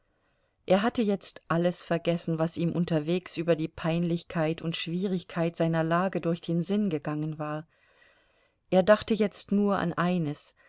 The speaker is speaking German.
er hatte jetzt alles vergessen was ihm unterwegs über die peinlichkeit und schwierigkeit seiner lage durch den sinn gegangen war er dachte jetzt nur an eines